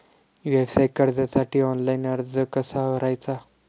व्यवसाय कर्जासाठी ऑनलाइन अर्ज कसा भरायचा?